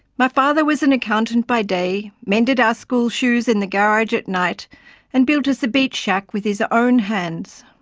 my father was an accountant by day, mended our school shoes in the garage at night and built us a beach shack with his own hands.